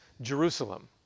Jerusalem